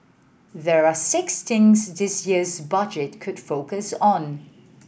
there are six things this year's budget could focus on